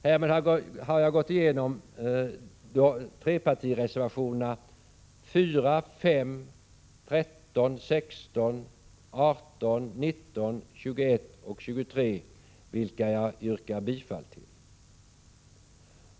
Härmed har jag gått igenom tre partireservationerna 4,5, 13, 16, 18,19, 21 och 23, vilka jag yrkar bifall till.